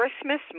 Christmas